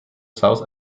south